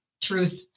truth